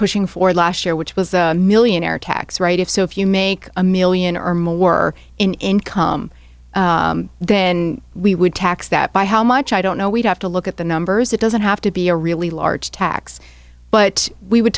pushing for last year which was a millionaire tax write off so if you make a million or more in income then we would tax that by how much i don't know we'd have to look at the numbers it doesn't have to be a really large tax but we would